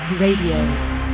Radio